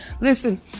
Listen